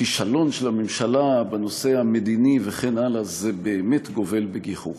כישלון של הממשלה בנושא המדיני וכן הלאה זה באמת גובל בגיחוך.